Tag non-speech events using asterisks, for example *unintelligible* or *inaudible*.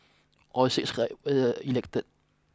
all six clients *unintelligible* elected